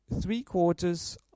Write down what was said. three-quarters